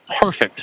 perfect